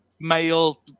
male